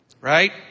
Right